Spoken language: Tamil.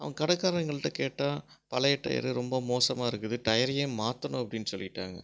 அவங்க கடைகாரர்கள்கிட்ட கேட்டால் பழைய டயரு ரொம்ப மோசமாக இருக்குது டயரையே மாற்றணும் அப்படின்னு சொல்லிவிட்டாங்க